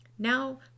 Now